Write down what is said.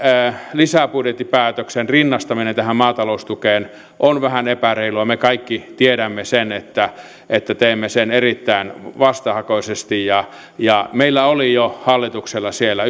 lisäbudjettipäätöksen rinnastaminen tähän maataloustukeen on vähän epäreilua me kaikki tiedämme sen että että teemme sen erittäin vastahakoisesti meillä oli jo hallituksella siellä